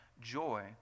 joy